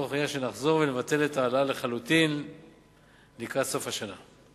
מתוך ראייה שנחזור ונבטל את ההעלאה לחלוטין לקראת סוף השנה.